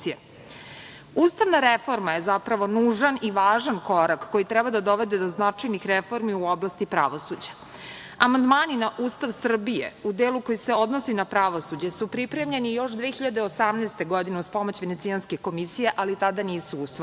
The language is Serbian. reforma je zapravo nužan i važan korak koji treba da dovede do značajnih reformi u oblasti pravosuđa. Amandmani na Ustav Srbije u delu koji se odnosi na pravosuđe su pripremljeni još 2018. godine uz pomoć Venecijanske komisije, ali tada nisu usvojeni.